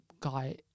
Guy